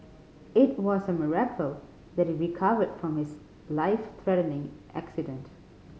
it was a miracle that he recovered from his life threatening accident